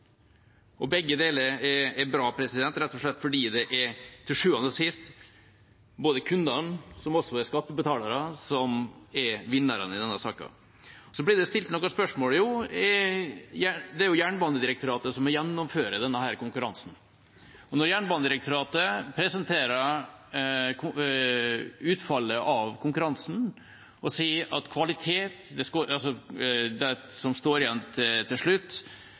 virker. Begge deler er bra, rett og slett fordi det til sjuende og sist er kundene, som også er skattebetalere, som er vinnerne i denne saken. Det ble stilt noen spørsmål. Jo, det er Jernbanedirektoratet som gjennomfører denne konkurransen. Og når Jernbanedirektoratet presenterer utfallet av denne konkurransen og sier at de som står igjen til slutt,